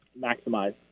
maximize